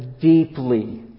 deeply